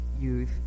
youth